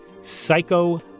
Psycho